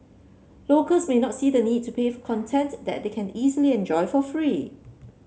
locals may not see the need to pay for content that they can easily enjoy for free